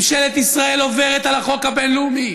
ממשלת ישראל עוברת על החוק הבין-לאומי.